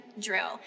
drill